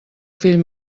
fill